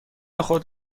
خود